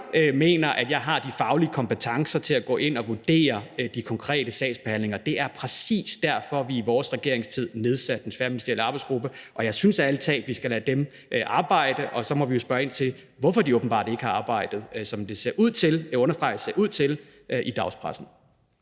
eller mener, at jeg har de faglige kompetencer til at gå ind og vurdere de konkrete sagsbehandlinger. Det var præcis derfor, vi i vores regeringstid nedsatte den tværministerielle arbejdsgruppe, og jeg synes ærlig talt, at vi skal lade dem arbejde, og så må vi jo spørge ind til, hvorfor de åbenbart ikke har arbejdet, som det ser ud til – jeg